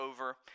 over